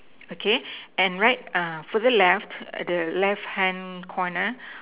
okay and right uh further left the left hand corner